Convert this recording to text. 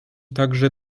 także